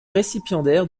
récipiendaire